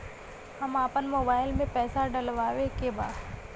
हम आपन मोबाइल में पैसा डलवावे के बा?